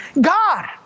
God